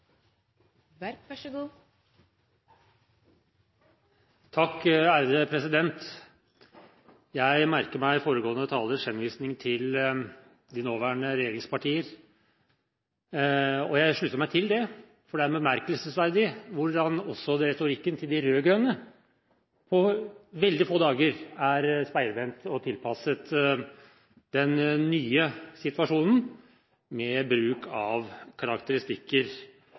Jeg merker meg foregående talers henvisning til de nåværende regjeringspartier, og jeg slutter meg til det, for det er bemerkelsesverdig hvordan også retorikken til de rød-grønne på veldig få dager er speilvendt og tilpasset den nye situasjonen, med bruk av karakteristikker